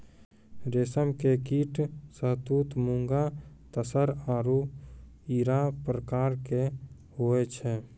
रेशम के कीट शहतूत मूंगा तसर आरु इरा प्रकार के हुवै छै